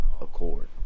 accord